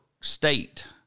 State